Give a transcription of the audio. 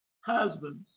husbands